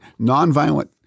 nonviolent